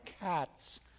cats